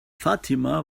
fatima